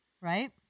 Right